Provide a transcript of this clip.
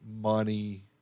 money